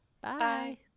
bye